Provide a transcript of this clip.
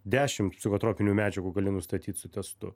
dešim psichotropinių medžiagų gali nustatyt su testu